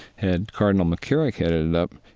had cardinal mccarrick headed it up,